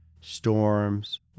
storms